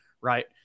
right